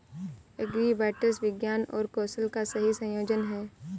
agribots विज्ञान और कौशल का सही संयोजन हैं